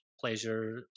pleasure